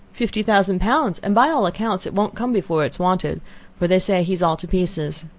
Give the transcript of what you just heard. fifty thousand pounds! and by all accounts, it won't come before it's wanted for they say he is all to pieces.